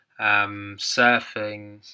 surfing